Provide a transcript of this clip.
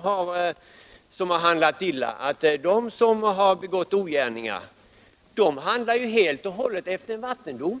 sjön som har handlat illa, att det är de som har begått ogärningar. Men de handlar ju helt och hållet efter vattendomen.